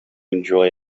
enjoy